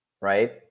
right